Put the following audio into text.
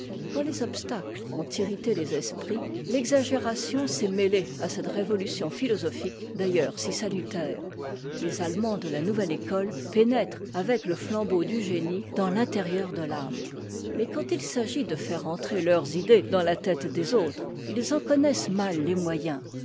quand les obstacles ont irrité les esprits l'exagération s'est mêlée à cette révolution philosophique d'ailleurs si salutaire les allemands de la nouvelle école pénètrent avec le flambeau du génie dans l'intérieur de l'âme mais quand il s'agit de faire entrer leurs idées dans la tête des autres ils en connaissent mal les moyens